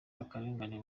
akarengane